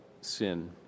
sin